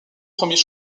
premiers